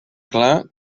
clar